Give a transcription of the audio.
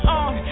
on